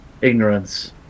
ignorance